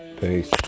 Peace